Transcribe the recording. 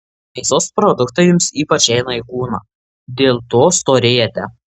mėsos produktai jums ypač eina į kūną dėl to storėjate